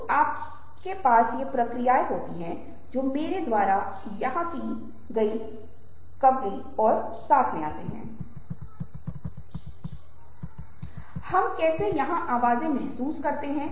तो आप देखते हैं कि हम इस विशेष संदर्भ में भावनाओं की एक विस्तृत सरणी के बारे में बात कर रहे हैं